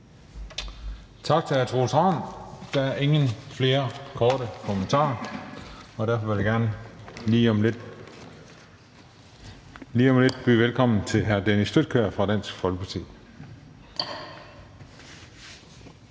Tak til hr. Troels Ravn. Der er ikke flere korte bemærkninger. Derfor vil jeg gerne – lige om lidt – byde velkommen til hr. Dennis Flydtkjær fra Dansk Folkeparti.